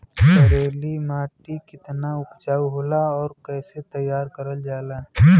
करेली माटी कितना उपजाऊ होला और कैसे तैयार करल जाला?